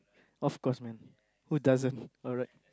of course man who doesn't alright